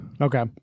Okay